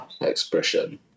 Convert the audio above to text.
expression